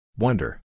Wonder